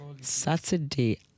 Saturday